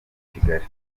kigali